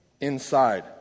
Inside